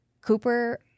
Cooper